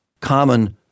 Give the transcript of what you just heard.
common